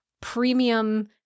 premium